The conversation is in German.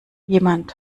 jemand